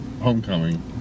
Homecoming